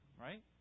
right